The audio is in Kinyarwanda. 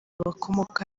bakomoka